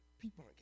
People